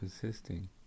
persisting